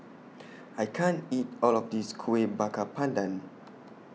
I can't eat All of This Kuih Bakar Pandan